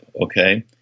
okay